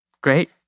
Great